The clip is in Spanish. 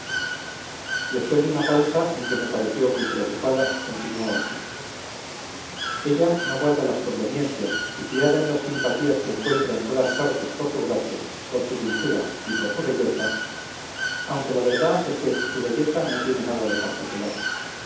después de una pausa en que me pareció muy preocupada continuó así ella no guarda las conveniencias y fiada en las simpatías que encuentra en todas partes por su gracia por su dulzura y por su belleza aunque la verdad es que su belleza no tiene nada de particular